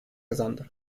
kazandı